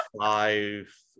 five